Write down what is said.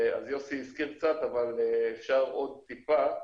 יוסי הזכיר קצת, אבל אפשר עוד טיפה.